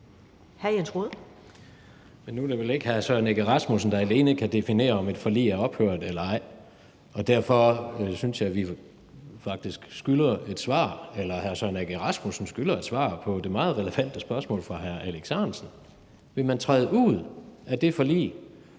Hr. Jens Rohde.